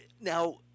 Now